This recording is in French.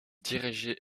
dirigeait